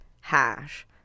hash